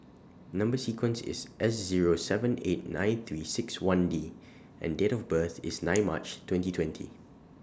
Number sequence IS S Zero seven eight nine three six one D and Date of birth IS nine March twenty twenty